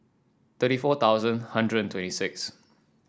thirty four thousand hundred and twenty six